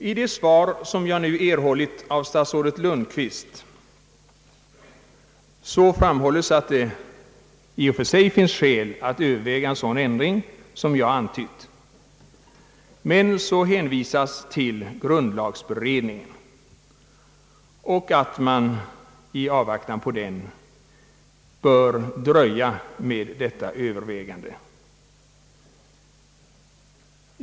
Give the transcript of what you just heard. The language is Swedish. I det svar som jag nu har erhållit av statsrådet Lundkvist framhålles, att det i och för sig finns skäl att överväga en sådan ordning som jag har antytt. Men så hänvisas till grundlagberedningen och att man i avvaktan på den bör dröja med detta övervägande.